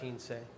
say